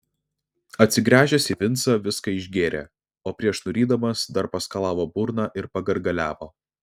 atsigręžęs į vincą viską išgėrė o prieš nurydamas dar paskalavo burną ir pagargaliavo